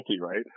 right